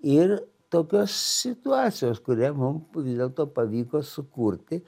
ir tokios situacijos kurią mum vis dėlto pavyko sukurti